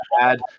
add